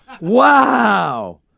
Wow